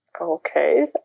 Okay